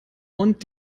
und